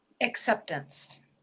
acceptance